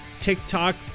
TikTok